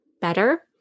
better